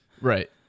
Right